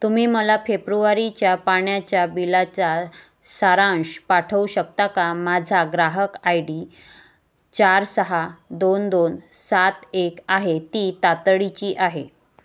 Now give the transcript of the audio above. तुम्ही मला फेप्रुवारीच्या पाण्याच्या बिलाचा सारांश पाठवू शकता का माझा ग्राहक आय डी चार सहा दोन दोन सात एक आहे ती तातडीची आहे